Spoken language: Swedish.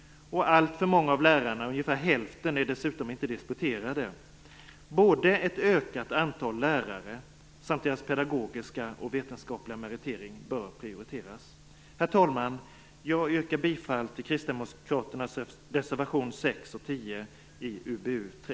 Alltför många av lärarna är dessutom inte disputerade. Både ett ökat antal lärare och deras pedagogiska och vetenskapliga meritering bör prioriteras. Herr talman! Jag yrkar bifall till Kristdemokraternas reservationer 6 och 10 i UbU3.